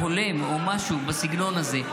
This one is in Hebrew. או הולם או משהו בסגנון הזה.